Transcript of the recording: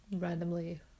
randomly